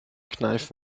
kneif